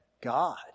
God